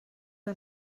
que